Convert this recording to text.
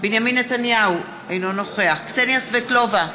בנימין נתניהו, אינו נוכח קסניה סבטלובה,